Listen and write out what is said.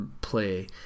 play